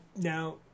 now